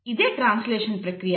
ఇది ట్రాన్స్లేషన్ ప్రక్రియ